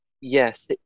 Yes